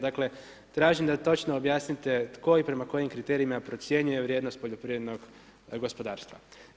Dakle, tražim da točno objasnite tko i prema kojim kriterijima procjenjuje vrijednost poljoprivrednog gospodarstva.